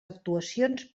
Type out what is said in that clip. actuacions